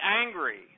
angry